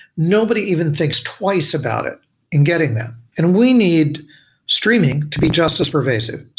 nobody even thinks twice about it in getting them, and we need streaming to be just as pervasive.